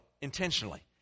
intentionally